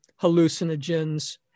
hallucinogens